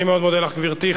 אני מאוד מודה לך, גברתי.